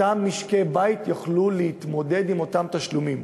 אותם משקי-בית יוכלו להתמודד עם אותם תשלומים.